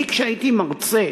כשהייתי מרצה